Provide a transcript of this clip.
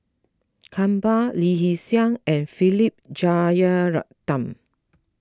Kumar Lee Hee Seng and Philip Jeyaretnam